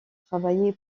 travailler